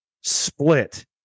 split